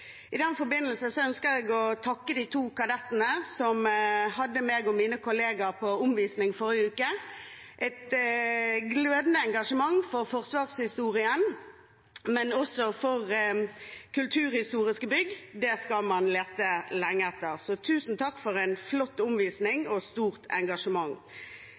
I den forbindelse ønsker jeg å takke de to kadettene som hadde meg og mine kolleger med på omvisning forrige uke. Et mer glødende engasjement for forsvarshistorien og også for kulturhistoriske bygg skal man lete lenge etter. Så tusen takk for en flott omvisning og et stort engasjement.